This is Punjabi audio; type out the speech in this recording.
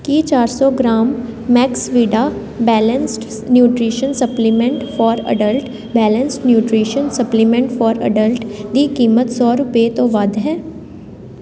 ਕੀ ਚਾਰ ਸੌ gram Maxvida balanced nutrition supplement for adult balanced nutrition supplement for adult ਦੀ ਕੀਮਤ ਸੌ ਰੁਪਏ ਤੋਂ ਵੱਧ ਹੈ